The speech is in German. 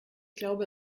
glaube